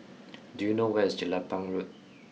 do you know where is Jelapang Road